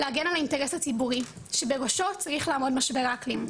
להגן על האינטרס הציבורי שבראשו צריך לעמוד משבר האקלים,